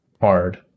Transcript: hard